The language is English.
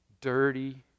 dirty